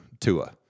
Tua